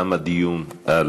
תם הדיון.